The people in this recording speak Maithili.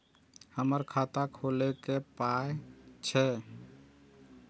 हमर खाता खौलैक पाय छै